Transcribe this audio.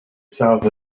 south